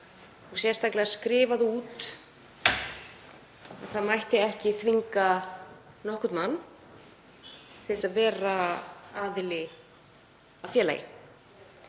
var sérstaklega skrifað út að það mætti ekki þvinga nokkurn mann til að vera aðili að félagi.